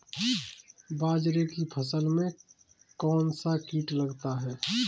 बाजरे की फसल में कौन सा कीट लगता है?